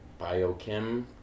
biochem